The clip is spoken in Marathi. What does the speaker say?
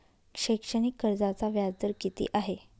शैक्षणिक कर्जाचा व्याजदर किती आहे?